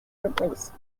replace